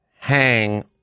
hang